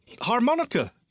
harmonica